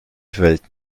fällt